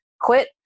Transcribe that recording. quit